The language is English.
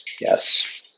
Yes